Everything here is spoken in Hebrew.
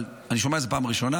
אבל אני שומע על זה בפעם הראשונה.